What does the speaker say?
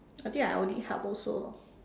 I think I would need help also lor